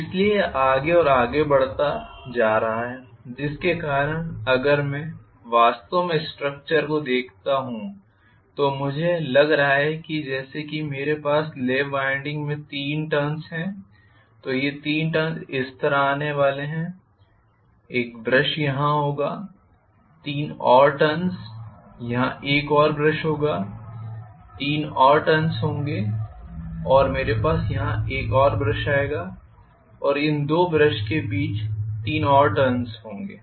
इसलिए यह आगे और आगे बढ़ता जा रहा है जिसके कारण अगर मैं वास्तव में स्ट्रक्चर को देखता हूं तो मुझे लग रहा है कि जैसे कि मेरे पास लैप वाइंडिंग में तीन टर्न्स है तो ये तीन टर्न्स इस तरह आने वाले हैं एक ब्रश यहाँ होगा तीन और टर्न्स यहाँ एक और ब्रश होगा तीन और टर्न्स होंगे और मेरे पास यहाँ एक और ब्रश आएगा और इन दो ब्रश के बीच तीन और टर्न्स होंगे